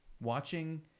Watching